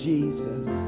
Jesus